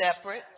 separate